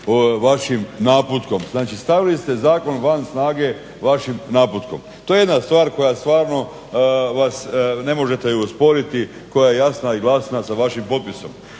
vašim naputkom. Znači stavili ste zakon van snage vašim naputkom. To je jedna stvar koja stvarno vas, ne možete ju osporiti, koja je jasna i glasna sa vašim potpisom.